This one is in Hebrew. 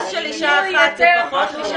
אנס של אישה אחת זה פחות?